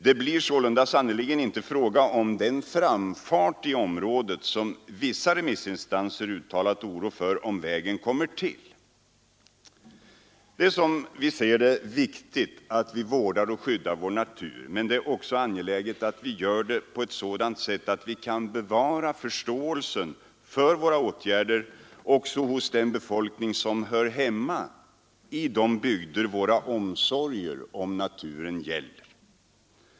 Det blir sålunda inte fråga om den framfart i området som vissa remissinstanser uttalat oro inför när det gäller planerna på vägprojektet. Det är, som vi ser det, viktigt att vi vårdar och skyddar vår natur, men det är också angeläget att vi gör det på ett sådant sätt att vi kan bevara förståelsen för våra åtgärder också hos den befolkning som hör hemma i de bygder våra omsorger om naturen gäller.